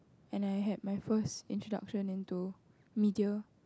and I had my first introduction into media